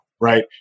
Right